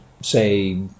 say